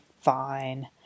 fine